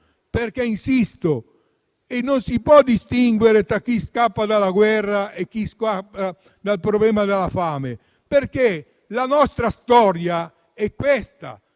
perché insisto nel dire che non si può distinguere tra chi scappa dalla guerra e chi scappa dal problema della fame, perché la nostra storia è questa: